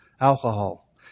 alcohol